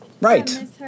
Right